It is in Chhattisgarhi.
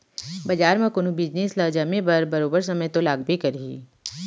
बजार म कोनो बिजनेस ल जमे बर बरोबर समे तो लागबे करही